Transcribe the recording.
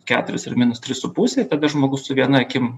keturis ar minus tris su puse i tada žmogus su viena akim